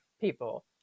people